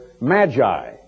magi